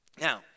Now